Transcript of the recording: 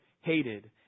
hated